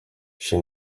she